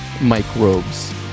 microbes